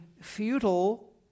futile